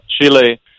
chile